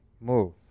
Move